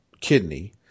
kidney